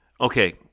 Okay